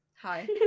Hi